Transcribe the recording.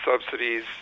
subsidies